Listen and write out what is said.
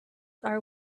are